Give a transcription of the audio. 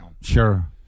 Sure